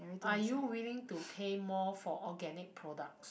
are you willing to pay more for organic products